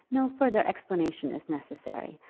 no further explanation is necessary,